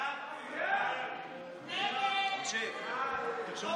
ההצעה להעביר